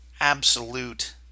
absolute